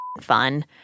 fun